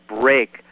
break